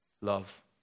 love